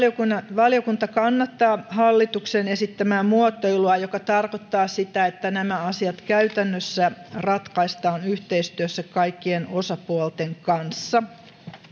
valiokunta kannattaa hallituksen esittämää muotoilua joka tarkoittaa sitä että nämä asiat käytännössä ratkaistaan yhteistyössä kaikkien osapuolten kanssa